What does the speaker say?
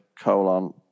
colon